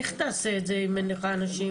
איך תעשה את זה אם אין לך אנשים?